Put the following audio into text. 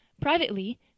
Privately